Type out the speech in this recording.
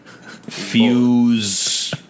fuse